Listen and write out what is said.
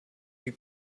you